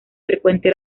frecuente